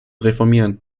reformieren